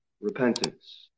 Repentance